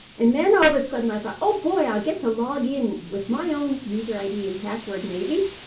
and then, all of a sudden, i thought, oh boy, i'll get to log in with my own user id and password, maybe.